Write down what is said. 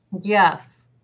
Yes